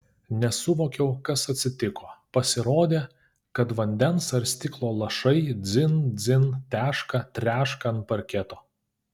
nesuvokiau kas atsitiko pasirodė kad vandens ar stiklo lašai dzin dzin teška treška ant parketo